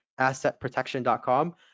assetprotection.com